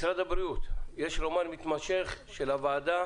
משרד הבריאות, יש רומן מתמשך של הוועדה.